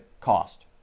cost